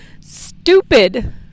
stupid